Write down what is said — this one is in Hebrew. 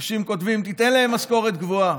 אנשים כותבים: תן להם משכורת גבוהה.